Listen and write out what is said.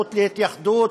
הזכות להתייחדות,